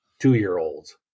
two-year-olds